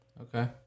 Okay